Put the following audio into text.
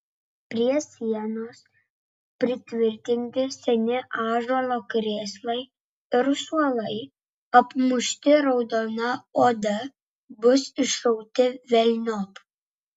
prie sienos pritvirtinti seni ąžuolo krėslai ir suolai apmušti raudona oda bus išrauti velniop